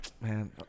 Man